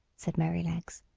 said merrylegs.